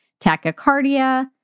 tachycardia